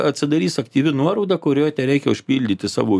atsidarys aktyvi nuoroda kurioj tereikia užpildyti savo